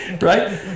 right